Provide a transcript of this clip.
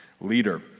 leader